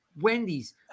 Wendy's